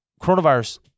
coronavirus